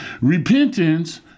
repentance